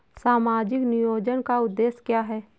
सामाजिक नियोजन का उद्देश्य क्या है?